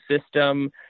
system